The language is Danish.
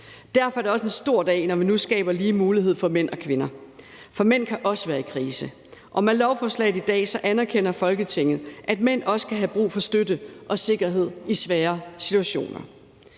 Derfor er det også en stor dag, når vi nu skaber lige muligheder for mænd og kvinder. For mænd kan også være i krise. Med lovforslaget i dag anerkender Folketinget, at mænd også kan have brug for støtte og sikkerhed i svære situationer.